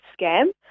scam